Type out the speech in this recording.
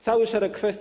Cały szereg kwestii.